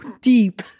deep